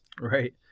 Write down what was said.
Right